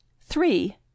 three